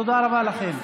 תודה רבה לכם.